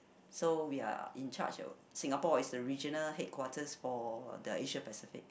so we are in charge of Singapore is regional headquarters for the Asia Pacific